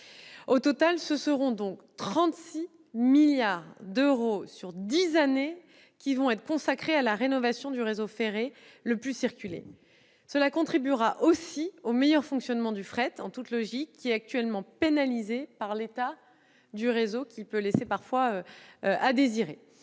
Au total, ce seront donc 36 milliards d'euros sur dix années qui vont être consacrés à la rénovation du réseau ferré le plus circulé. Cela contribuera aussi, en toute logique, au meilleur fonctionnement du fret ; celui-ci est actuellement pénalisé par l'état du réseau, qui laisse parfois à désirer.